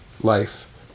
life